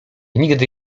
nigdy